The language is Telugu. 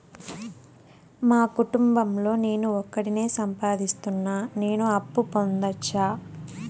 మా కుటుంబం లో నేను ఒకడినే సంపాదిస్తున్నా నేను అప్పు పొందొచ్చా